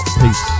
peace